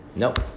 Nope